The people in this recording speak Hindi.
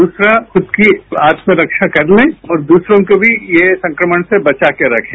दूसरा खुद की आत्मरक्षा करने और दूसरों को भी ये संक्रमण से बचा कर रखें